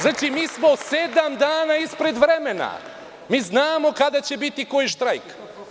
Znači mi smo sedam dana ispred vremena, mi znamo kada će biti koji štrajk.